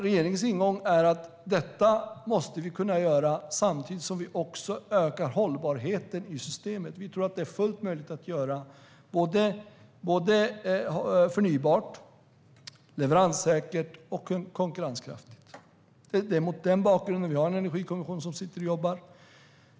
Regeringens ingång är att detta måste vi kunna göra samtidigt som vi ökar hållbarheten i systemet. Vi tror att det är fullt möjligt att göra det både förnybart, leveranssäkert och konkurrenskraftigt. Det är mot denna bakgrund som vi har en energikommission som sitter och jobbar.